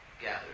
gathered